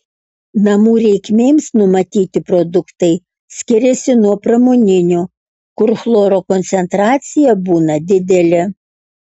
namų reikmėms numatyti produktai skiriasi nuo pramoninių kur chloro koncentracija būna didelė